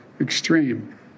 extreme